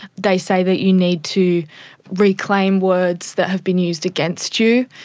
they say that you need to reclaim words that have been used against you,